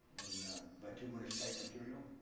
by two minutes type material.